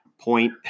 point